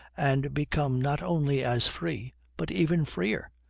and become not only as free, but even freer,